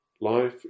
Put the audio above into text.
Life